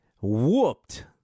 whooped